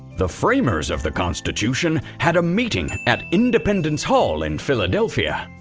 the framers of the constitution had a meeting at independence hall in philadelphia.